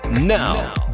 Now